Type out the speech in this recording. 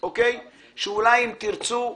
שאולי אם תרצו,